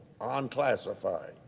unclassified